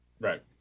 Right